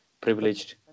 privileged